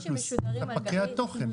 ספקי התוכן.